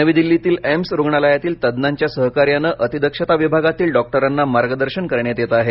नवी दिल्लीतील एम्स रुग्णालयातील तज्ज्ञांच्या सहकार्याने अतिदक्षता विभागातील डॉक्टरांना मार्गदर्शन करण्यात येत आहे